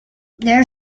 there